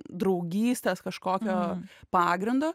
draugystės kažkokio pagrindo